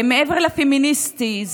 מעבר לפמיניסטי,